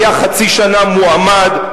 היה חצי שנה מועמד,